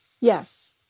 Yes